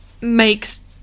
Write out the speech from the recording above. makes